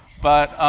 but